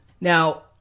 now